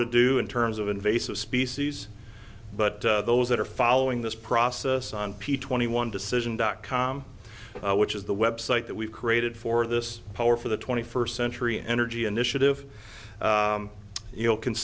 to do in terms of invasive species but those that are following this process on p twenty one decision dot com which is the website that we've created for this power for the twenty first century energy initiative you can